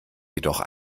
jedoch